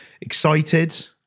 excited